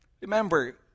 Remember